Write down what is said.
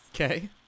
Okay